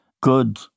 good